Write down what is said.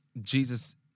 jesus